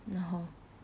no